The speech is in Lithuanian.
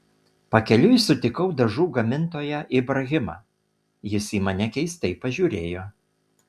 pakeliui sutikau dažų gamintoją ibrahimą jis į mane keistai pažiūrėjo